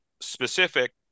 specific